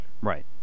Right